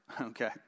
okay